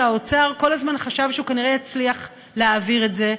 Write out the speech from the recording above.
שהאוצר כל הזמן חשב שהוא כנראה יצליח להעביר את זה,